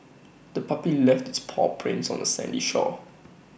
the puppy left its paw prints on the sandy shore